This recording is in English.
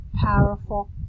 powerful